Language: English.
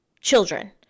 children